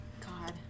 God